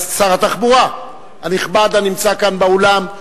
התחבורה הנכבד, הנמצא כאן באולם.